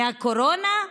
מהקורונה?